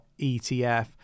etf